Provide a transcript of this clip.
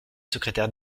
secrétaire